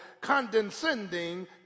condescending